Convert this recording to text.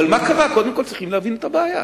אבל מה קרה, קודם כול צריכים להבין את הבעיה.